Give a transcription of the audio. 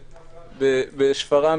בשפרעם,